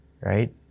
right